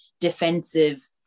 defensive